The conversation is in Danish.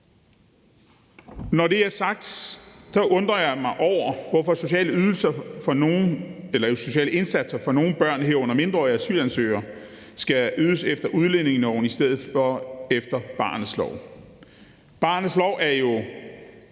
Når det er sagt, undrer jeg mig over, hvorfor sociale indsatser for nogle børn, herunder mindreårige asylansøgere, skal ydes efter udlændingeloven i stedet for efter barnets lov. Barnets lov er jo